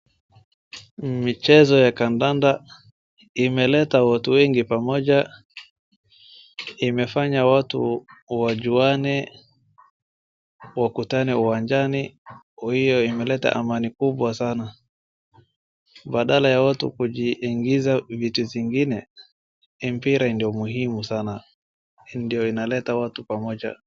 Michezo ya kandanda imeleta watu wengi pamoja, imefanya watu wajuane, wakutane uwanjani, kwa iyo imeleta amani kubwa sana badala ya watu kujiingiza vitu zingine, mpira ndo muhimu sana ndo inaleta watu pamoja.